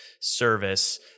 service